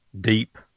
deep